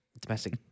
domestic